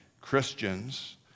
Christians